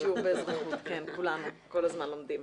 שיעור באזרחות, כן, כולנו כל הזמן לומדים.